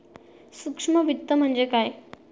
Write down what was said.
सूक्ष्म वित्त म्हणजे काय?